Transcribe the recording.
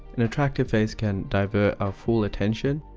an attractive face can divert our full attention,